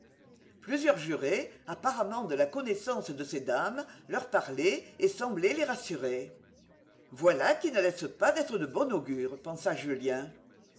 plusieurs jurés apparemment de la connaissance de ces dames leur parlaient et semblaient les rassurer voilà qui ne laisse pas d'être de bon augure pensa julien